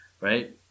right